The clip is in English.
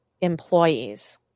employees